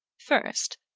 first,